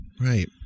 Right